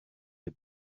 you